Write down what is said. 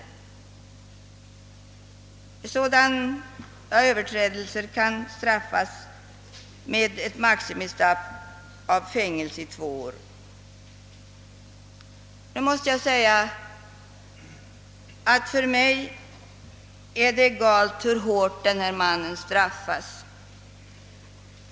Sådana överträdelser kan straffas med maximum fängelse i två år. För mig är det egalt hur hårt denne man straffas.